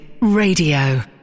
Radio